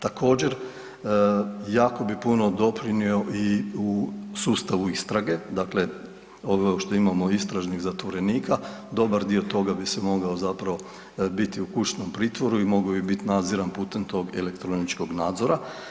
Također jako bi puno doprinjeo i u sustavu istrage, dakle ovo što imamo istražnih zatvorenika, dobar dio toga bi se mogao zapravo biti u kućnom pritvoru i mogao bi biti nadziran putem tog elektroničkog nadzora.